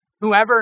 Whoever